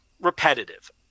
repetitive